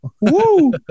Woo